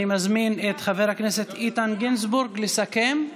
אני מזמין את חבר הכנסת איתן גינזבורג לסכם.